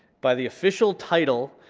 by the official title,